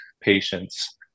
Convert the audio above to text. patients